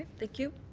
thank you.